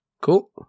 Cool